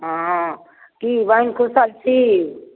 हँ की बहिन कुशल छी